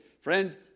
Friend